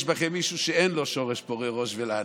בכם מישהו שאין לו שורש פורה ראש ולענה.